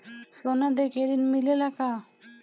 सोना देके ऋण मिलेला का?